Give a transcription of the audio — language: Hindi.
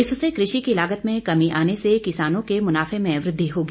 इससे कृषि की लागत में कमी आने से किसानों के मुनाफे में वृद्धि होगी